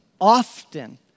often